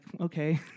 okay